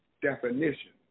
definition